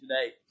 today